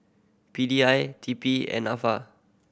P D I T P and Nafa